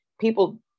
people